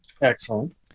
Excellent